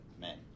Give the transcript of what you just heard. men